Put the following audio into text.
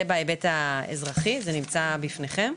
זה בהיבט האזרחי, זה נמצא בפניכם.